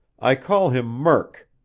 i call him murk.